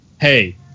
hey